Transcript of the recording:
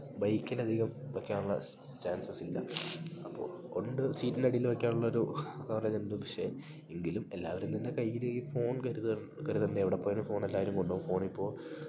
ബൈക്കിൽ അധികം വെക്കാനുള്ള ചാൻസസ് ഇല്ല അപ്പോൾ ഉണ്ട് സീറ്റിനടിയിൽ വെക്കാനുള്ള ഒരു കവറേജൊണ്ട് പക്ഷേ എങ്കിലും എല്ലാവരും തന്നെ കയ്യിൽ ഈ ഫോൺ കരുതണം കരുതണ്ടേ എവിടെ പോയാലും ഫോണെല്ലാരും കൊണ്ടൊം ഫോണിപ്പോൾ